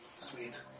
Sweet